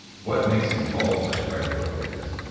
what makes you qualified to write a book like this?